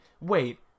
wait